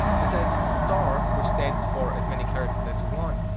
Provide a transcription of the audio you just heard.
besides star, which stands for as many chars as as you want,